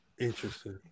Interesting